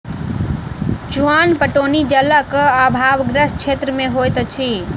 चुआन पटौनी जलक आभावग्रस्त क्षेत्र मे होइत अछि